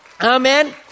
Amen